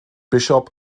bishop